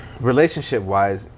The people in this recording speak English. relationship-wise